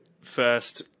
first